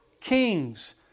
Kings